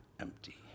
Empty